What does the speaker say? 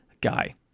guy